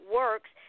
works